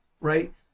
right